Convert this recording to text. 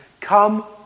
come